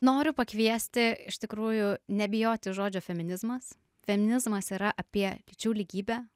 noriu pakviesti iš tikrųjų nebijoti žodžio feminizmas feminizmas yra apie lyčių lygybę